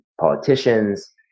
politicians